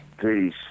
Peace